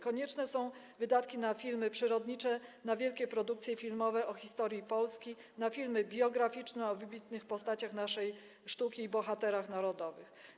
Konieczne są wydatki na filmy przyrodnicze, na wielkie produkcje filmowe o historii Polski, na filmy biograficzne o wybitnych postaciach naszej sztuki i bohaterach narodowych.